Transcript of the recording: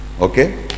Okay